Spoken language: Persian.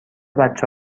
بچه